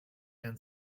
and